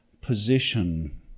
position